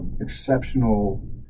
exceptional